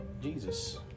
Jesus